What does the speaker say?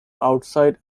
outside